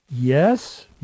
yes